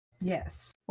yes